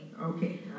Okay